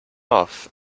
off